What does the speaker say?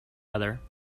other